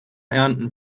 ernten